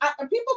people